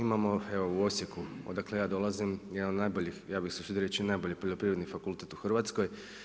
Imamo evo u Osijeku od kuda ja dolazim jedan od najboljih ja bih se usudio reći najbolji Poljoprivredni fakultet u Hrvatskoj.